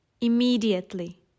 immediately